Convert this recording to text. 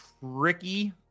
tricky